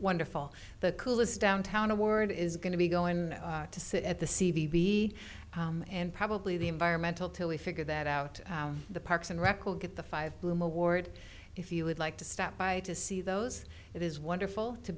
wonderful the coolest downtown award is going to be going to sit at the c v and probably the environmental till we figure that out the parks and rec will get the five bloom award if you would like to stop by to see those it is wonderful to